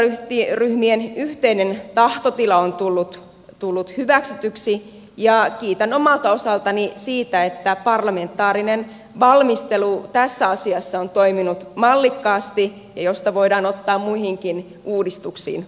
eduskuntaryhmien yhteinen tahtotila on tullut hyväksytyksi ja kiitän omalta osaltani siitä että parlamentaarinen valmistelu tässä asiassa on toiminut mallikkaasti mistä voidaan ottaa muihinkin uudistuksiin oppia